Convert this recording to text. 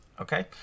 Okay